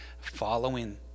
following